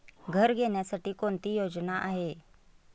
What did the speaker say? घर घेण्यासाठी कोणती योजना आहे?